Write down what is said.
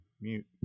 mute